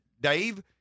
Dave